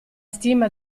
stima